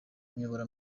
nyobora